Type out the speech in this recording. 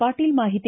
ಪಾಟೀಲ್ ಮಾಹಿತಿ